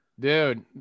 Dude